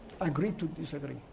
Agree-to-disagree